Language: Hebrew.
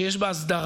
שיש בה הסדרה,